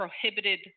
prohibited